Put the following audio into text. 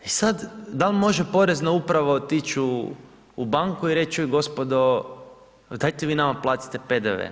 I sad, da li može porezna uprava otići u banku i reći, čuj gospodo, dajte vi nama platite PDV.